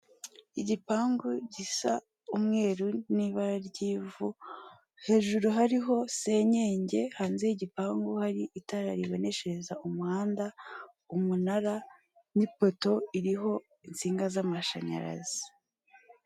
Igipangu gisa umweru n'ibara ry'ivu, hejuru hariho senyenge, hanze y'igipangu hari itara riboneshereza umuhanda, umunara, n'ipoto iriho insinga z'amashanyarazi.